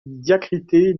diacritée